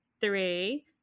three